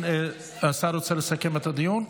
השר רוצה לסכם את הדיון?